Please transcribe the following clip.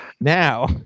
now